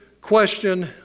question